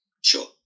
Sure